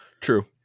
true